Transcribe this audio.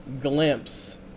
glimpse